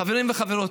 חברים וחברות,